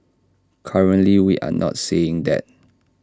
currently we are not seeing that